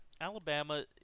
Alabama